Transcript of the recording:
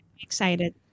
Excited